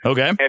Okay